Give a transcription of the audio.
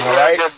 right